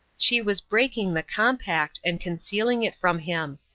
she was breaking the compact, and concealing it from him.